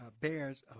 bears